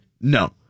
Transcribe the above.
No